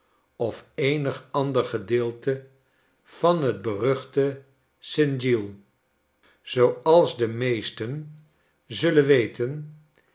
of eenig ander gedeelte van t beruchte st giles zooals de meesten zullen weten